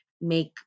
make